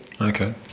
Okay